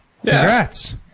congrats